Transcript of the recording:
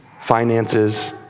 finances